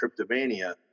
Cryptovania